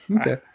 Okay